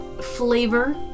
flavor